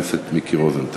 אתה היית יושב-ראש ועדת